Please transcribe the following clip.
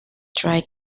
dry